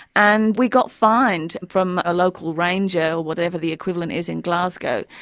and we got fined from a local ranger, whatever the equivalent is in glasgow,